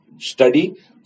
study